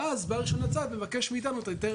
ואז בעל רישיון הציד מבקש מאיתנו את היתר